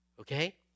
Okay